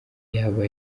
yaba